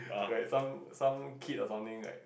right some some kid of something right